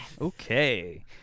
Okay